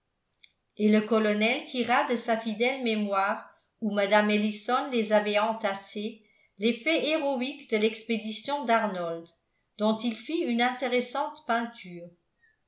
et le colonel tira de sa fidèle mémoire où mme ellison les avait entassés les faits héroïques de l'expédition d'arnold dont il fit une intéressante peinture